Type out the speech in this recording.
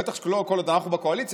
בטח לא כל עוד אנחנו בקואליציה.